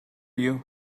you